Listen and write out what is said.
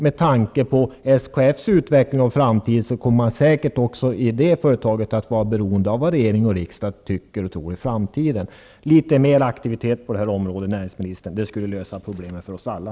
Med tanke på SKF:s utveckling kommer man säkert att också där vara beroende av vad regering och riksdag tycker och tror i framtiden. Litet mer aktivitet på det här området, näringsministern, skulle lösa problemen för oss alla.